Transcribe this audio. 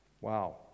Wow